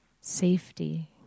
safety